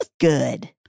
Good